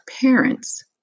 parents